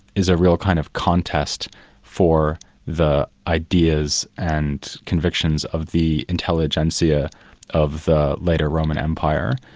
is a real kind of contest for the ideas and convictions of the intelligentsia of the later roman empire.